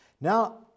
Now